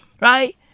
Right